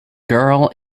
girl